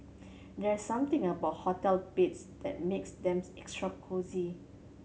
there's something about hotel beds that makes them extra cosy